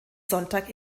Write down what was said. sonntag